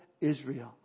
Israel